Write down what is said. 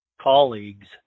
colleagues